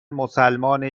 مسلمان